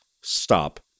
Stop